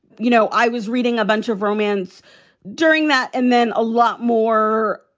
you know, i was reading a bunch of romance during that and then a lot more,